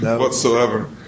whatsoever